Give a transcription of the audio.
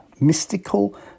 Mystical